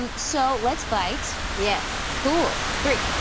um so let's fight. yes. cool. three,